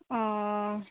ᱚᱸᱻ